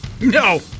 No